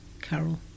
carol